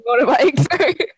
motorbike